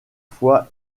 fois